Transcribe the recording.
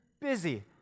busy